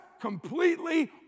completely